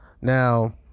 Now